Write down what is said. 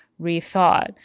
rethought